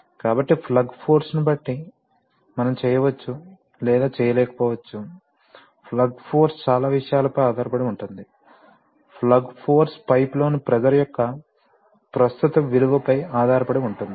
కాబట్టి ప్లగ్ ఫోర్స్ని బట్టి మనం చేయవచ్చు లేదా చేయలేకపోవచ్చు ప్లగ్ ఫోర్స్ చాలా విషయాలపై ఆధారపడి ఉంటుంది ప్లగ్ ఫోర్స్ పైపులోని ప్రెషర్ యొక్క ప్రస్తుత విలువపై ఆధారపడి ఉంటుంది